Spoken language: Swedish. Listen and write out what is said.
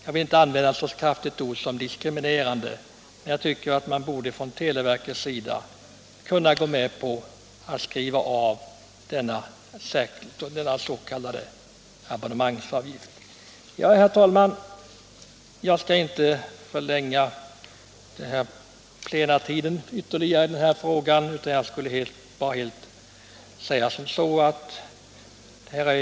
Jag vill inte använda ett så kraftigt ord att jag säger att det är diskriminerande, att hörselskadade skall behöva betala en extra avgift för sin telefon, men jag tycker att televerket borde kunna gå med på att skriva av åtminstone abonnemangsavgiften. Herr talman! Jag skall inte ytterligare förlänga plenitiden.